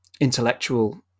intellectual